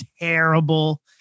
terrible